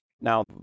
Now